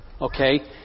Okay